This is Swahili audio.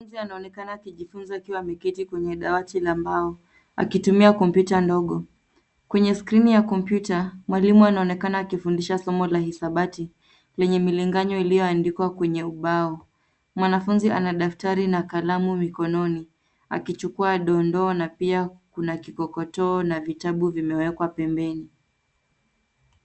Mwanafunzi anaonekana akijifunza akiwa ameketi kwenye dawati la mbao, akitumia kompyuta ndogo. Kwenye skrini ya kompyuta, mwalimu anaonekana akifundisha somo la hisabati, lenye milinganyo iliyoandikwa kwenye ubao. Mwanafunzi ana daftari na kalamu mikononi, akichukua dondoo, na pia kuna kikokotoo na vitabu vimewekwa pembeni.